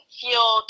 feel